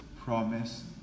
promise